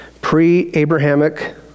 pre-Abrahamic